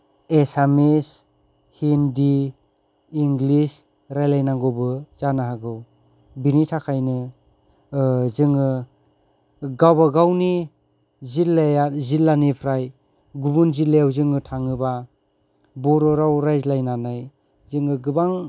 एसामिस Hindi English रायलायनांगौबो जानो हागौ बिनि थाखायनो जोङो गावबा गावनि जिल्लाया जिल्लानिफ्राय गुबुन जिल्लायाव जोङो थाङोबा बर'राव रायज्लायनानै जोङो गोबां